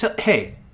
Hey